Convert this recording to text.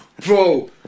bro